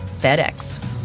FedEx